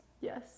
Yes